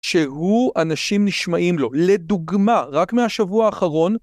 ‫שהוא אנשים נשמעים לו. ‫לדוגמה, רק מהשבוע האחרון...